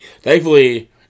Thankfully